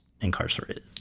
incarcerated